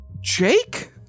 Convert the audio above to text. Jake